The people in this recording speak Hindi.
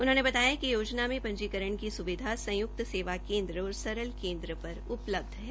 उन्होंने बताया कि योजना में पंजीकरण की स्विधा संय्क्त सेवा केन्द्र और सरल केन्द्र पर उपलब्ध है